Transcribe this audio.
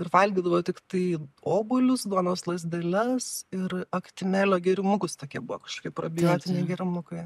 ir valgydavo tiktai obuolius duonos lazdeles ir aktimelio gėrimukus tokie buvo kažkokie probiotiniai gėrimukai